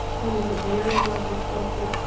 who is a very well-respected,